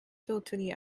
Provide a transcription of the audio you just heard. totally